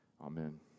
Amen